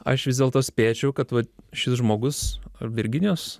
aš vis dėlto spėčiau kad vat šis žmogus virginijus